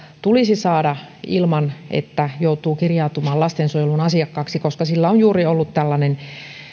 tulisi saada ilman että joutuu kirjautumaan lastensuojelun asiakkaaksi koska sillä on juuri ollut tällainen